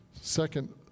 second